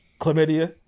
chlamydia